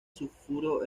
sulfuro